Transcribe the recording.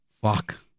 fuck